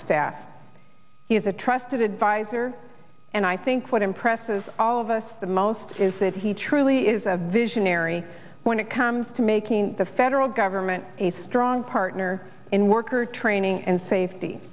staff he is a trusted advisor and i think what impresses all of us the most is that he truly is a visionary when it comes to making the federal government a strong partner in worker training and safety